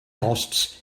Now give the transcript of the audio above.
costs